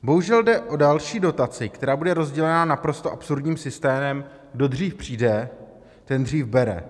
Bohužel jde o další dotaci, která bude rozdělena naprosto absurdním systémem kdo dřív přijde, ten dřív bere.